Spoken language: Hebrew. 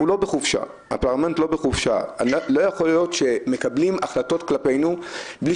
ולא יכול להיות שמקבלים החלטות כלפינו מבלי